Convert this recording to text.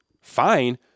Fine